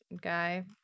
guy